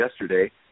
yesterday